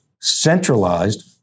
centralized